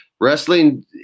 wrestling